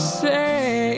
say